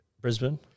Brisbane